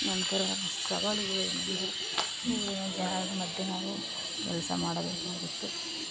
ನಂತರ ಸವಾಲುಗಳು ಜನರ ಮಧ್ಯೆ ಹಾಗು ಕೆಲಸ ಮಾಡೋದನ್ನ ಬಿಟ್ಟು